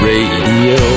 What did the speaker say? Radio